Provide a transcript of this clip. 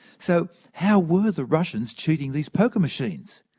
so how were the russians cheating these poker machines?